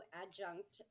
adjunct